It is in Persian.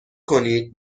کنید